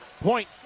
point